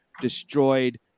destroyed